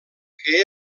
que